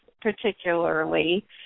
particularly